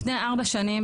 לפני ארבע שנים,